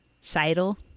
Seidel